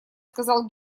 сказал